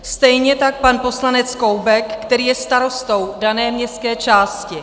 Stejně tak pan poslanec Koubek, který je starostou dané městské části.